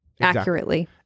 accurately